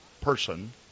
person